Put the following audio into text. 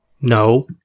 No